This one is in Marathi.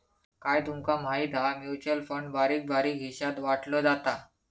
काय तूमका माहिती हा? म्युचल फंड बारीक बारीक हिशात वाटलो जाता